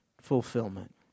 fulfillment